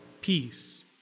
peace